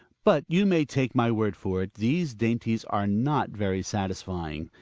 but you may take my word for it, these dainties are not very satisfying.